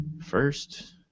first